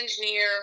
engineer